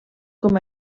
com